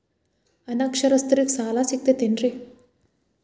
ಅನಕ್ಷರಸ್ಥರಿಗ ಸಾಲ ಸಿಗತೈತೇನ್ರಿ?